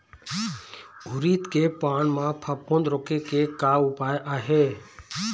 उरीद के पान म फफूंद रोके के का उपाय आहे?